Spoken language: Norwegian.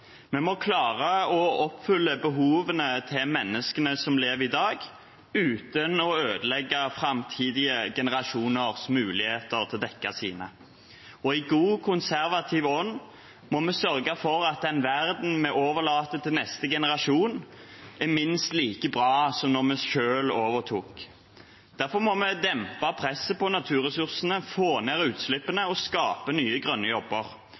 Vi må klare å oppfylle behovene til menneskene som lever i dag, uten å ødelegge framtidige generasjoners muligheter til å dekke sine. I god konservativ ånd må vi sørge for at den verden vi overlater til neste generasjon, er minst like bra som da vi selv overtok. Derfor må vi dempe presset på naturressursene, få ned utslippene og skape nye grønne jobber.